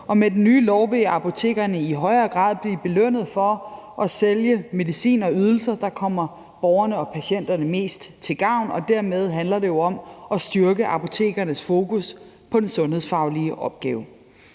med den nye lov vil apotekerne i højere grad blive belønnet for at sælge medicin og ydelser, der kommer borgerne og patienterne mest til gavn, og dermed handler det jo om at styrke apotekernes fokus på den sundhedsfaglige opgave.